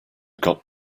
got